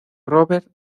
robert